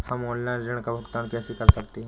हम ऑनलाइन ऋण का भुगतान कैसे कर सकते हैं?